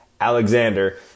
Alexander